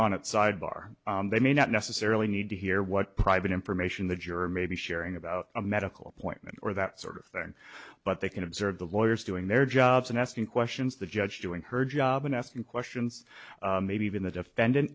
on at sidebar they may not necessarily need to hear what private information the juror may be sharing about a medical appointment or that sort of thing but they can observe the lawyers doing their jobs and asking questions the judge doing her job and asking questions maybe even the defendant